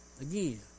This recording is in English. again